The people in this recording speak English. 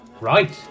Right